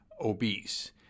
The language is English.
obese